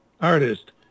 artist